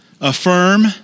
affirm